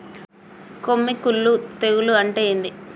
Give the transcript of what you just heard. కొమ్మి కుల్లు తెగులు అంటే ఏంది?